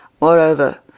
Moreover